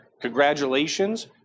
congratulations